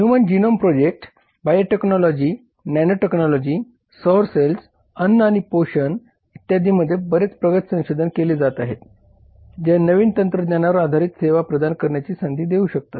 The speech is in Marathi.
human genome project biotechnology nano technology सौर सेल्स अन्न आणि पोषण इत्यादींमध्ये बरेच प्रगत संशोधन केले जात आहेत जे नवीन तंत्रज्ञानावर आधारित सेवा प्रदान करण्याची संधी देऊ शकतात